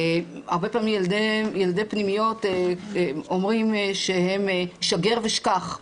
הרבה פעמים ילדי פנימיות אומרים שהם 'שגר ושכח',